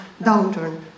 downturn